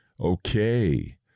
Okay